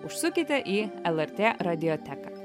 užsukite į lrt radioteką